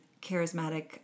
charismatic